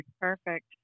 Perfect